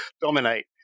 dominate